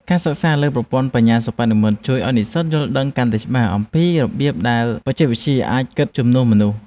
ការសិក្សាលើប្រព័ន្ធបញ្ញាសិប្បនិម្មិតជួយឱ្យនិស្សិតយល់ដឹងកាន់តែច្បាស់អំពីរបៀបដែលបច្ចេកវិទ្យាអាចគិតជំនួសមនុស្ស។